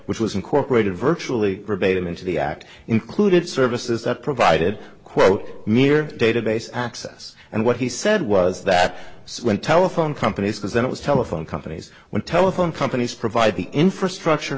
which was incorporated virtually forbade him into the act included services that provided quote mere database access and what he said was that when telephone companies because then it was telephone companies when telephone companies provide the infrastructure